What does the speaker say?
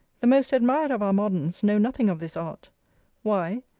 the most admired of our moderns know nothing of this art why?